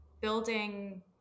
building